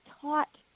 taught